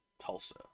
Tulsa